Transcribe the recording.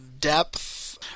depth